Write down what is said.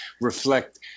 reflect